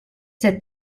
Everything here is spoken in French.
cette